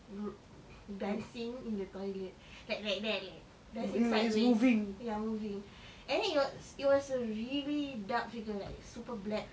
ru~ dancing in the toilet like like that dancing sideways ya moving and then it was it was a really dark figure like super black